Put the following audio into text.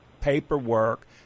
paperwork